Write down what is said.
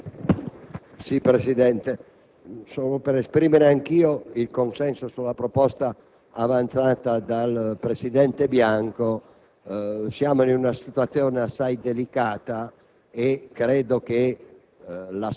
che ci sembra il completamento di un confronto che non si è potuto effettuare nei giorni scorsi.